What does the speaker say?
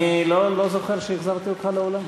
אני לא זוכר שהחזרתי אותך לאולם.